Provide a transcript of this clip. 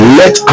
let